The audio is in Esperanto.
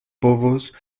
povos